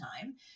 time